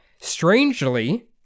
strangely